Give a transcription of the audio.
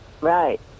Right